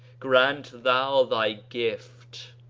grant thou thy gift,